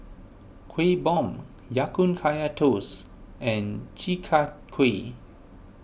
Kuih Bom Ya Kun Kaya Toast and Chi Kak Kuih